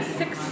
six